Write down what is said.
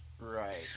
right